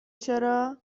چرا